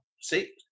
See